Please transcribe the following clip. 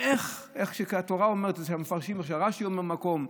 התורה אומרת, המפרשים, רש"י אומר במקום: